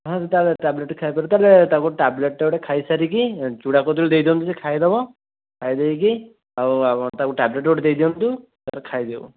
ହଁ ତାହେଲେ ଟେବ୍ଲେଟ୍ ଖାଇପାରିବ ତାହେଲେ ଟେବ୍ଲେଟ୍ଟା ଗୋଟେ ଖାଇ ସାରିକି ଚୁଡ଼ା କଦଳୀ ଦେଇଦିଅନ୍ତୁ ସେ ଖାଇଦେବ ଖାଇଦେଇକି ଆଉ ତା'କୁ ଟେବ୍ଲେଟ୍ ଗୋଟେ ଦେଇଦିଅନ୍ତୁ ସେ ଖାଇଦେଉ